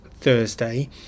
Thursday